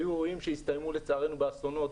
היו אירועים שהסתיימו לצערנו באסונות,